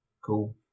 Cool